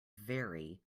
very